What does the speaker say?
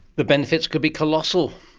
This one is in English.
the benefits could be colossal.